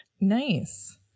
Nice